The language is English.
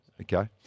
Okay